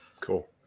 Cool